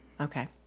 Okay